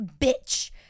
bitch